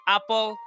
Apple